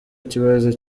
ikibazo